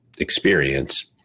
experience